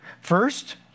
First